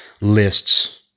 lists